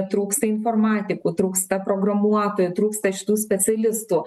trūksta informatikų trūksta programuotojų trūksta šitų specialistų